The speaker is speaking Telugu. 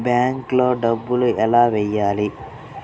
బ్యాంక్లో డబ్బులు ఎలా వెయ్యాలి?